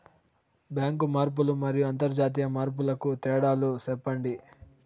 Bank మార్పులు మరియు అంతర్జాతీయ మార్పుల కు తేడాలు సెప్పండి?